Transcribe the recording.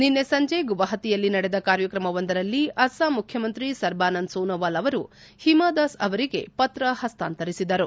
ನಿನ್ನೆ ಸಂಜೆ ಗುವಾಹತಿಯಲ್ಲಿ ನಡೆದ ಕಾರ್ಯಕ್ರಮವೊಂದರಲ್ಲಿ ಅಸ್ಲಾಂ ಮುಖ್ಚಮಂತ್ರಿ ಸರ್ಬಾನಂದ್ ಸೋನೋವಾಲ್ ಅವರು ಹಿಮಾದಾಸ್ ಅವರಿಗೆ ಪತ್ರ ಹಸ್ತಾಂತರಿಸಿದರು